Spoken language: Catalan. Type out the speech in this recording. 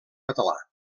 català